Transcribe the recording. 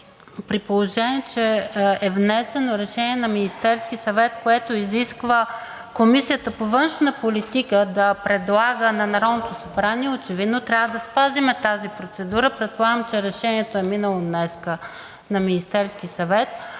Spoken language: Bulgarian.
при положение че е внесено предложение на Министерския съвет, което изисква Комисията по външна политика да предлага на Народното събрание, очевидно трябва да спазваме тази процедура. Предполагам, че решението е минало днес на Министерски съвет